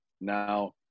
Now